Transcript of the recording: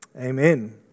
Amen